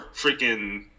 freaking